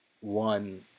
one